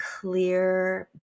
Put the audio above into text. clear